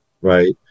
right